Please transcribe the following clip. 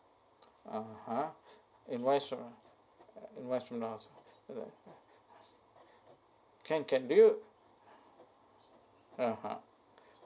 ah ha and where should uh where should I ya can can do you ah ha